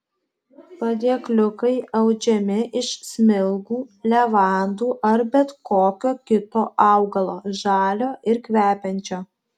padėkliukai audžiami iš smilgų levandų ar bet kokio kito augalo žalio ir kvepiančio